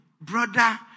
brother